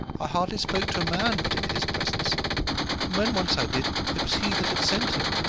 i hardly spoke to a man but in his presence and when once i did, it was he that had sent him.